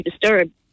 disturbed